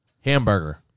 Hamburger